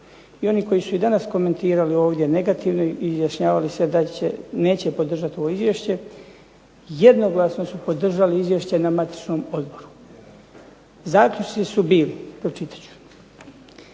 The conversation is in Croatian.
i oni koji su i danas komentirali ovdje negativno i izjašnjavali se da neće podržati ovo izvješće, jednoglasno su podržali izvješće na matičnom odboru. Zaključci su bili, pročitat ću,